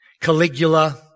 Caligula